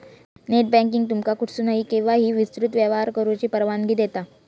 net banking तुमका कुठसूनही, केव्हाही विस्तृत व्यवहार करुची परवानगी देता